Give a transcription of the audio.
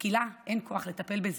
כי לה אין כוח לטפל בזה.